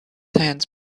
hands